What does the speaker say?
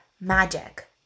magic